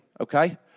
Okay